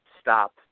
stop